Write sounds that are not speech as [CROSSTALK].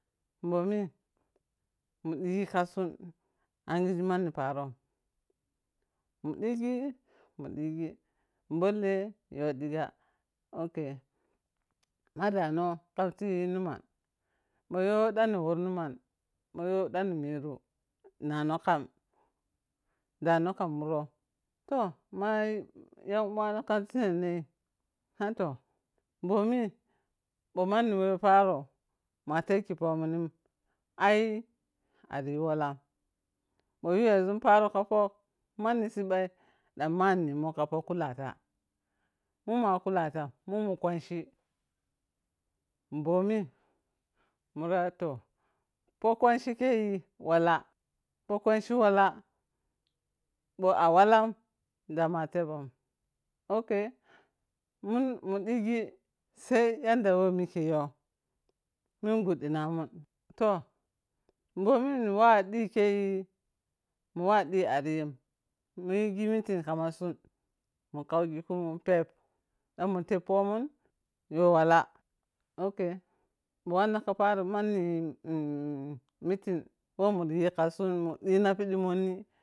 Bomi mun ɗigi ka sun angige manni paron mun ɗigi, mun ɗigi bolle yo ɗiga ok, ma dano kam ti numan mayo ɗan ni woro numan mayo ɗan ni meru, nano kam dano kam murou toh, ma yan’u wano kam ti nennei na toh, bo mi bho manni wei paro, ma tekki pomu nin ai ariyi walan bho yuwezun paro ka po manni sibbai dan man nemun ka po kulata, munma kulatan munmu kwanchi bomi mura toh, po kwanhi khei wala, po kwanchi wala bho a walan damun atebon okk, mun mu digi sai yadda whe mikei yo min guɗɗinamun toh, bominniwa dhi kei muwa ɗhi ariyin muyigi meeting kamasun mukaugi kumun pep ɗan mun teppomun yowala ok, bho wanna ka paro manni [HESITATION] meeting whe murayi kasun mu dina pidi monni.